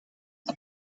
and